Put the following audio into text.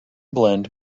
blend